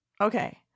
Okay